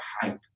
hype